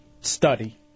study